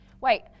wait